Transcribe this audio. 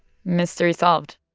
mystery solved.